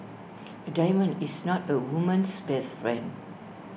A diamond is not A woman's best friend